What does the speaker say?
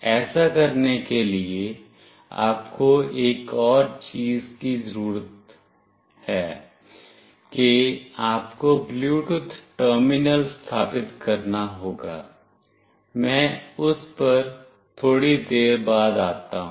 ऐसा करने के लिए आपको एक और चीज़ की भी जरूरत है कि आपको ब्लूटूथ टर्मिनल स्थापित करना होगा मैं उस पर थोड़ी देर बाद आता हूं